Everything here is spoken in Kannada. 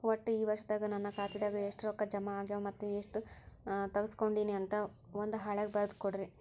ಒಟ್ಟ ಈ ವರ್ಷದಾಗ ನನ್ನ ಖಾತೆದಾಗ ಎಷ್ಟ ರೊಕ್ಕ ಜಮಾ ಆಗ್ಯಾವ ಮತ್ತ ಎಷ್ಟ ತಗಸ್ಕೊಂಡೇನಿ ಅಂತ ಒಂದ್ ಹಾಳ್ಯಾಗ ಬರದ ಕೊಡ್ರಿ